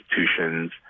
institutions